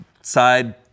side